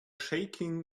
shaking